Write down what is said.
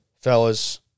Fellas